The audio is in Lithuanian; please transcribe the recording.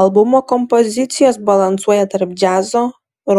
albumo kompozicijos balansuoja tarp džiazo